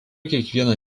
kiekvieną